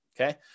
okay